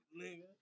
nigga